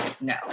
No